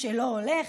וכשלא הולך,